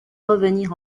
revenir